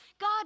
God